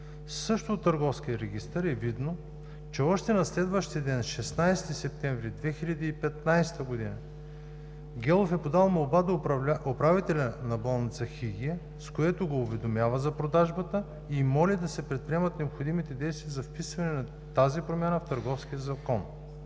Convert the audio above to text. Също от Търговския регистър е видно, че още на следващия ден – 16 септември 2015 г., Гелов е подал молба до управителя на болница „Хигия“, с което го уведомява за продажбата и моли да се предприемат необходимите действия за вписване на тази промяна в Търговския